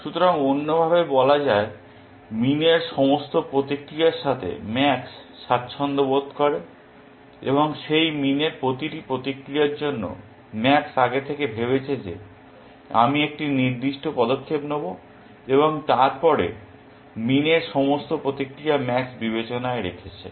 সুতরাং অন্য ভাবে বলা যায় মিন এর সমস্ত প্রতিক্রিয়ার সাথে ম্যাক্স স্বাচ্ছন্দ্য বোধ করে এবং সেই মিন এর প্রতিটি প্রতিক্রিয়ার জন্য ম্যাক্স আগে থেকে ভেবেছে যে আমি একটি নির্দিষ্ট পদক্ষেপ নেব এবং তারপরে মিন এর সমস্ত প্রতিক্রিয়া ম্যাক্স বিবেচনায় রেখেছে